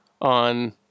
on